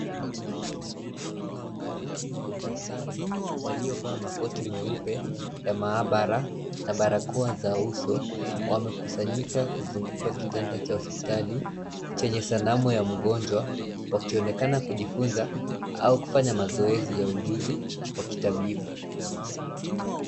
Kundi la wanafunzi wa udaktari, waliovaa makoti meupe ya maabara, na barakoa za uso, wamekusanyika kuzunguka kitanda cha hospitali, chenye sanamu ya mgonjwa, wakionekana kujifunza au kufanya mazoezi ya ujuzi, wa kitabibu.